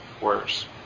worse